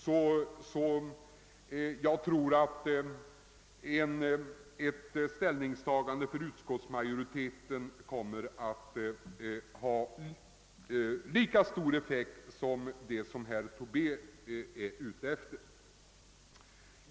Utskottsmajoritetens förslag kommer enligt min mening därför att ha lika stor effekt som herr Tobés.